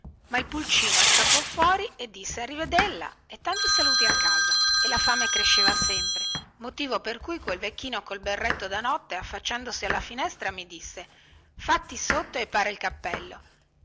ma il pulcino scappò fuori e disse arrivedella e tanti saluti a casa e la fame cresceva sempre motivo per cui quel vecchino col berretto da notte affacciandosi alla finestra mi disse fatti sotto e para il cappello